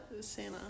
Santa